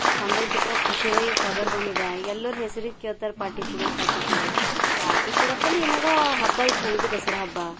ಛಂದೈತ್ತಪ್ಪ ಖುಷಿಯದ ಈಗ ಪಗರ ಬಂದದ ಈಗ ಎಲ್ಲರು ಹೆಸ್ರಿಗೆ ಕೇಳ್ತಾರ ಪಾರ್ಟಿ ಕೊಡು ಪಾರ್ಟಿ ಕೊಡು ಅಂತ ಪಾರ್ಟಿ ಕೊಡಪ್ಪಲ್ಲಿ ಏನಾರ ಹಬ್ಬ ಐತ ಹೆಂಗ ಬಿ ದಸರ ಹಬ್ಬ